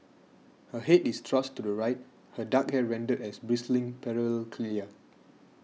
her head is thrust to the right her dark hair rendered as bristling parallel cilia